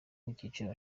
gaciro